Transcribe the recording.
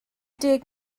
deg